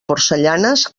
porcellanes